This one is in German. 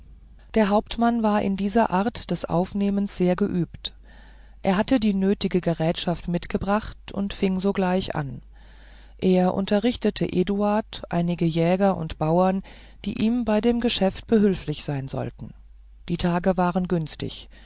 der hauptmann war in dieser art des aufnehmens sehr geübt er hatte die nötige gerätschaft mitgebracht und fing sogleich an er unterrichtete eduarden einige jäger und bauern die ihm bei dem geschäft behülflich sein sollten die tage waren günstig